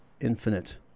infinite